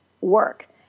work